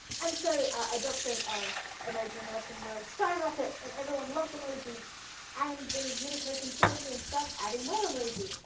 and so adoption of emoji in the western world skyrockets and everyone loves emoji and the unicode consortium starts adding more emoji,